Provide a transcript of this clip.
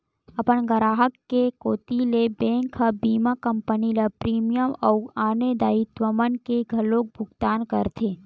अपन गराहक के कोती ले बेंक ह बीमा कंपनी ल प्रीमियम अउ आने दायित्व मन के घलोक भुकतान करथे